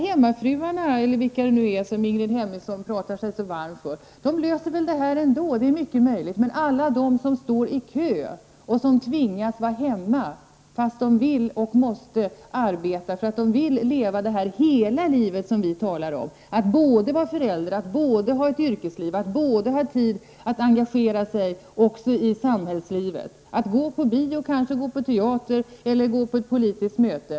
Hemmafruarna, eller vilka det nu är som Ingrid Hemmingsson talar sig så varm för, löser kanske problemen ändå, men vi måste tänka på alla dem som står i kö och som tvingas vara hemma fast de vill och måste arbeta, eftersom de vill leva det här hela livet som vi talar om -- att både vara förälder, att ha ett yrkesliv, att ha tid att engagera sig också i samhällslivet och att gå på bio, kanske på teater, eller på ett politiskt möte.